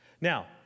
Now